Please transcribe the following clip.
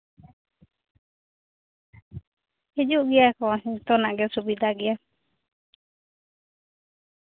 ᱦᱤᱡᱩᱜ ᱜᱮᱭᱟ ᱠᱚ ᱡᱚᱛᱚᱱᱟᱜ ᱜᱮ ᱥᱩᱵᱤᱫᱟ ᱜᱮᱭᱟ